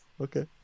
Okay